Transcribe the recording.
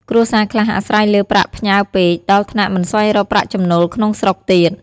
គ្រួសារខ្លះអាស្រ័យលើប្រាក់ផ្ញើពេក ដល់ថ្នាក់មិនស្វែងរកប្រាក់ចំណូលក្នុងស្រុកទៀត។